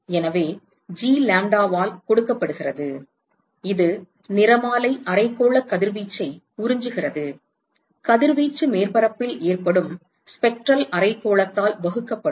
எனவே G lambda ஆல் கொடுக்கப்படுகிறது இது நிறமாலை அரைக்கோள கதிர்வீச்சை உறிஞ்சுகிறது கதிர்வீச்சு மேற்பரப்பில் ஏற்படும் ஸ்பெக்ட்ரல் அரைக்கோளத்தால் வகுக்கப்படும்